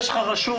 יש לך רשום.